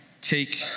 take